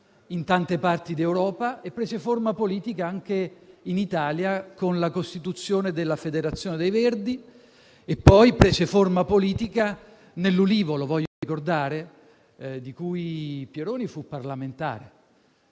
in tante parti d'Europa e anche in Italia, con la costituzione della Federazione dei Verdi. Prese poi forma politica nell'Ulivo - lo voglio ricordare - di cui Pieroni fu parlamentare.